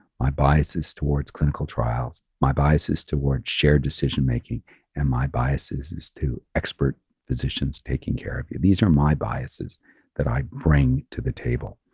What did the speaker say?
my bias is towards clinical trials. my bias is towards shared decision making and my biases is to expert physicians taking care of you. these are my biases that i bring to the table.